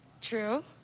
True